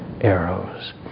arrows